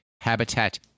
habitat